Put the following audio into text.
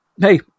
hey